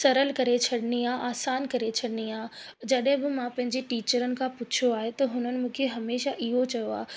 सरल करे छॾंदी आहे आसान करे छॾंदी आहे जॾहिं बि मां पंहिंजी टीचरनि खां पुछियो आहे त हुननि मूंखे हमेशा इहो चयो आहे